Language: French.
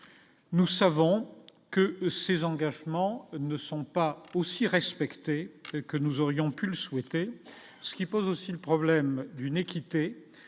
nous savons que ces engagements ne sont pas aussi respecter que nous aurions pu le souhaiter, ce qui pose aussi le problème d'une équité